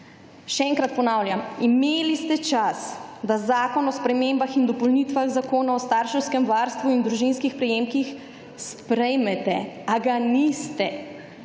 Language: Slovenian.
Še enkrat ponavljam, imeli ste čas, da zakon o spremembah in dopolnitvah Zakona o starševskem varstvu in družinskih prejemkih sprejmete, a ga niste.